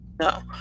No